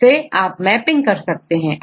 जिस से आप मैपिंग कर सकते हैं